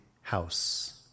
house